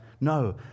No